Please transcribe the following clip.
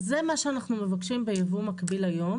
אז זה מה שאנחנו מבקשים ביבוא המקביל היום,